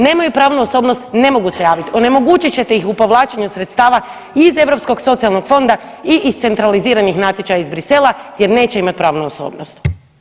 Nemaju pravnu osobnost, ne mogu se javit, onemogućit ćete ih u povlačenju sredstava iz Europskog socijalnog fond i iz centraliziranih natječaja iz Brisela jer neće imat pravnu osobnost.